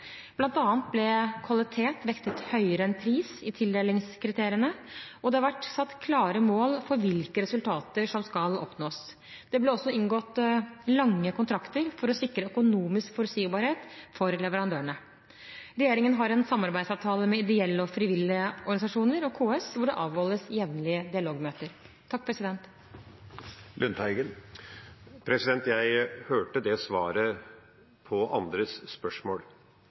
ble kvalitet vektet høyere enn pris i tildelingskriteriene, og det har vært satt klare mål for hvilke resultater som skal oppnås. Det ble også inngått lange kontrakter for å sikre økonomisk forutsigbarhet for leverandørene. Regjeringen har en samarbeidsavtale med ideelle og frivillige organisasjoner og KS, hvor det avholdes jevnlige dialogmøter. Jeg hørte det svaret på andres spørsmål.